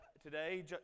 Today